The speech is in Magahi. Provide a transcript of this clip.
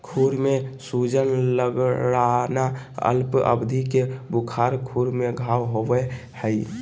खुर में सूजन, लंगड़ाना, अल्प अवधि के बुखार, खुर में घाव होबे हइ